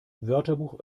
wörterbuch